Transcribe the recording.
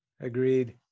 agreed